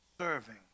serving